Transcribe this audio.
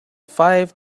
five